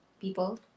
people